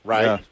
Right